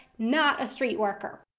not a street worker.